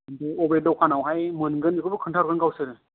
अबे दखनावहाय मोनगोन बिखौबो खिन्थाहरगोन गावसोरनो